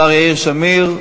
השר יאיר שמיר,